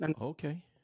Okay